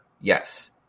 yes